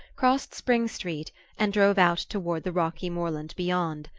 crossed spring street and drove out toward the rocky moorland beyond.